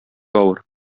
авыр